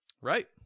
Right